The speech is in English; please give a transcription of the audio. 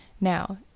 Now